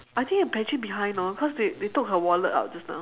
I think a pantry behind lor because they they took her wallet out just now